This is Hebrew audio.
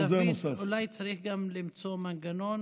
אתה יודע, דוד, אולי צריך גם למצוא מנגנון